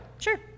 sure